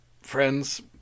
friends